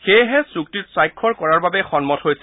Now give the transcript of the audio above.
সেয়েহে চুক্তিত স্বাক্ষৰ কৰাৰ বাবে সন্মত হৈছে